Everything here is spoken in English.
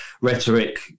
rhetoric